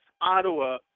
Ottawa